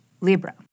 Libra